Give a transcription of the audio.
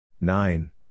Nine